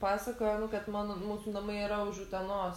pasakojo nu kad man mūsų namai yra už utenos